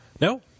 No